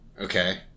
Okay